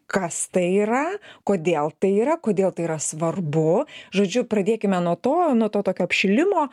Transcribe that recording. kas tai yra kodėl tai yra kodėl tai yra svarbu žodžiu pradėkime nuo to nuo tokio apšilimo